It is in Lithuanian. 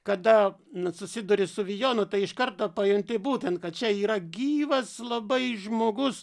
kada na susiduri su vijonu tai iš karto pajunti būtent kad čia yra gyvas labai žmogus